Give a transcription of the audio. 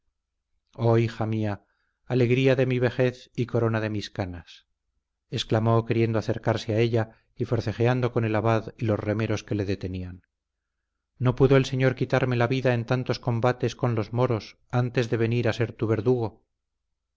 oh hija mía alegría de mi vejez y corona de mis canas exclamó queriendo acercarse a ella y forcejeando con el abad y los remeros que le detenían no pudo el señor quitarme la vida en tantos combates con los moros antes de venir a ser tu verdugo